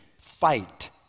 fight